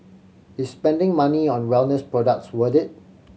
is spending money on wellness products worth it